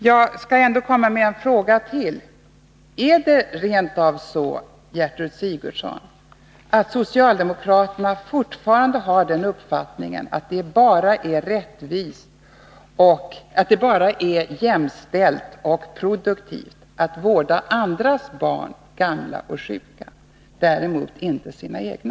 Jag skall ändå komma med en fråga till: Är det rent av så, Gertrud Sigurdsen, att socialdemokraterna fortfarande har den uppfattningen att det bara är jämställt och produktivt att vårda andras barn, gamla och sjuka, men däremot inte sina egna?